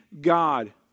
God